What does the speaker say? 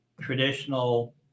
traditional